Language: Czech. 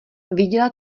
viděla